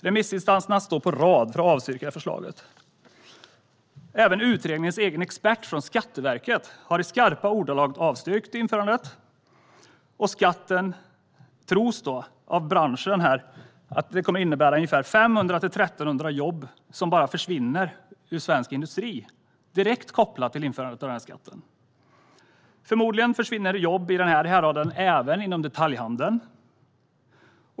Remissinstanserna står på rad för att avstyrka förslaget, och även utredningens egen expert från Skatteverket har i skarpa ordalag avstyrkt införandet. Branschen tror att skatten kommer att innebära att 500-1 300 jobb bara försvinner ur svensk industri. Förmodligen försvinner i storleksordningen lika många jobb även inom detaljhandeln.